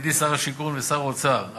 ידידי שר השיכון ושר האוצר,